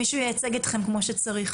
שמישהו ייצג אתכם כמו שצריך.